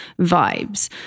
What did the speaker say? vibes